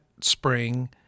spring